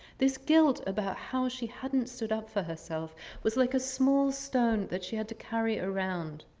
this guilt about how she hadn't stood up for herself was like a small stone that she had to carry around.